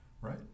Right